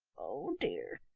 oh dear,